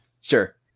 Sure